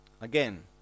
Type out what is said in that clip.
again